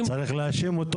כמעט לא קיימת.